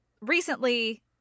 recently